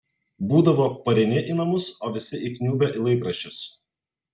būdavo pareini į namus o visi įkniubę į laikraščius